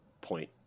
point